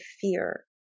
fear